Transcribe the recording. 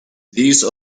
these